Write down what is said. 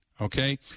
okay